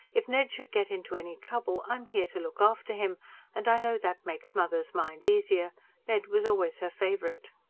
if ned should get into any trouble, i'm here to look after him and i know that makes mother's mind easier ned was always her favourite.